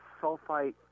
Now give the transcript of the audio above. sulfite